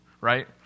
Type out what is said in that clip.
right